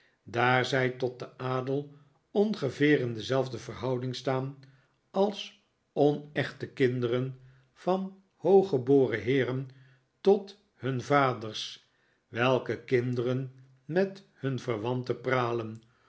daar zij tot den adel ongeveer in dezelfde verhouding staan als onechte kinderen van hooggeboren heeren tot hun vaders welke kinderen met hun verwanten pralen